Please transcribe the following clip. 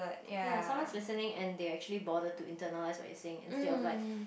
ya someone's listening and they actually bother to internalise what you're saying instead of like